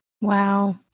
wow